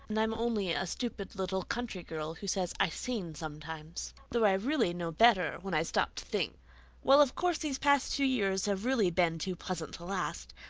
and i'm only a stupid little country girl who says i seen sometimes. though i really know better when i stop to think. well, of course these past two years have really been too pleasant to last.